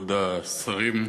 כבוד השרים,